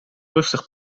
rustig